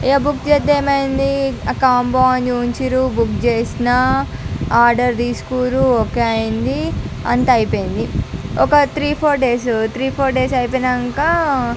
ఇక బుక్ చేస్తే ఏమైంది ఆ కాంబో అని ఉంచిర్రు బుక్ చేసిన ఆర్డర్ తీసుకుర్రు ఓకే అయ్యింది అంత అయిపోయింది ఒక three four days three four days అయిపోయినాక